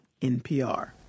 NPR